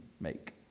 make